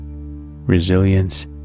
resilience